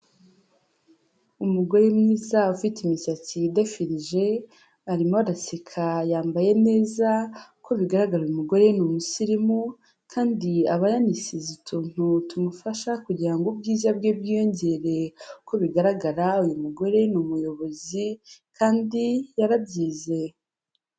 Umugore mwiza ufite imisatsi idefirije, arimo araseka yambaye neza, uko bigaragara uyu mugore ni umusirimu kandi aba yanisize utuntu tumufasha kugira ngo ubwiza bwe bwiyongere, uko bigaragara uyu mugore ni umuyobozi kandi yarabyize.